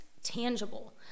tangible